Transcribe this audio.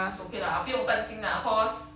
so okay lah 不用担心 lah cause